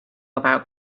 about